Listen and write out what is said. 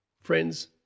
Friends